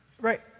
Right